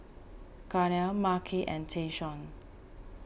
Gaynell Marquis and Tayshaun